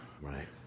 Right